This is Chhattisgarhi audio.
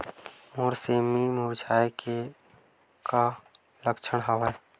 मोर सेमी मुरझाये के का लक्षण हवय?